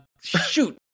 Shoot